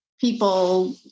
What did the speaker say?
people